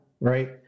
right